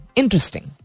interesting